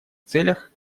целях